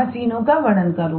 मशीनों का वर्णन करूंगा